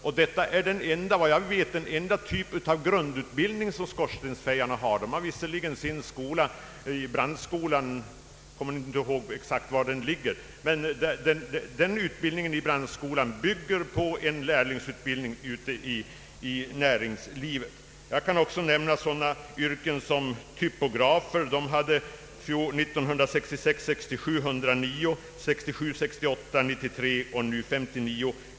För skorstensfejarna finns vad jag vet endast denna typ av grundutbildning. De har visserligen sin brandskola, men utbildningen där bygger på en lärlingsutbildning i näringslivet. Jag kan också nämna att typograferna år 1966 68 93 och nu 59 bidragsrum.